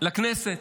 לכנסת,